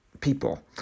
people